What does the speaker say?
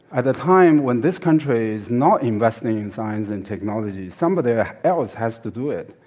at a time when this country is not investing in science and technology, somebody ah else has to do it,